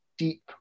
deep